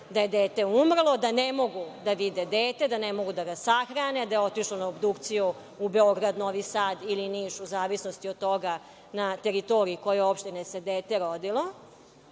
da je dete umrlo, da ne mogu da vide dete, da ne mogu da ga sahrane, da je otišlo na obdukciju u Beograd, Novi Sad ili Niš u zavisnosti od toga na kojoj teritoriji opštine se dete rodilo?